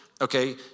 Okay